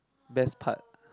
best part